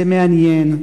זה מעניין.